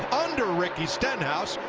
under ricky stenhouse.